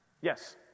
Yes